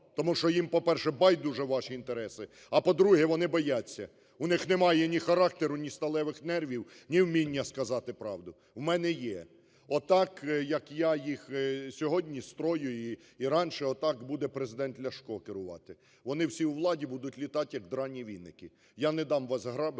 Тому що їм, по-перше, байдуже ваші інтереси, а, по-друге, вони бояться. У них немає ні характеру, ні сталевих нервів, ні вміння сказати правду. У мене є. Отак, як я їх сьогодні строю, і раньше, отак буде Президент Ляшко керувати. Вони всі у владі будуть літать, як драні віники. Я не дам васграбити,